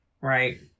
Right